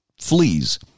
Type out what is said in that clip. fleas